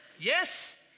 Yes